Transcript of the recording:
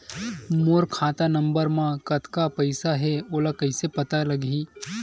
मोर खाता नंबर मा कतका पईसा हे ओला कइसे पता लगी?